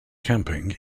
camping